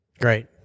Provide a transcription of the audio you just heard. Great